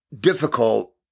difficult